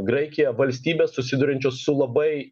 graikija valstybės susiduriančios su labai